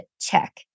check